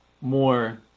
more